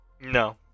No